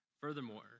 Furthermore